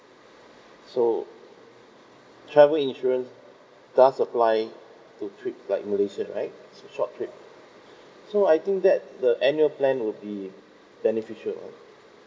so travel insurance does apply to trip like malaysia it's a short trip so I think that the annual plan would be beneficial ah